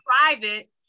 private